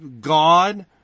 God